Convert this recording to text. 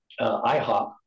IHOP